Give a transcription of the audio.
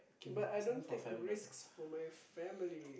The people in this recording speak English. but I don't take risks for my family